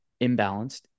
imbalanced